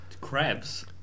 Crabs